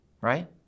Right